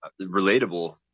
relatable